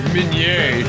Minier